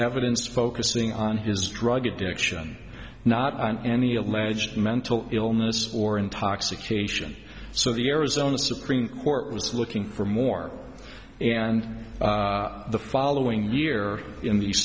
evidence focusing on his drug addiction not on any alleged mental illness or intoxication so the arizona supreme court was looking for more and the following year in the